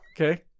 Okay